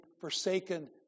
forsaken